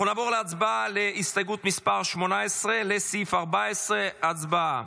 אנחנו נעבור להצבעה על הסתייגות 18 לסעיף 14. הצבעה.